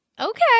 Okay